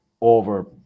over